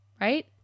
right